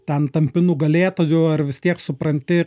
ten tampi nugalėtoju ir vis tiek supranti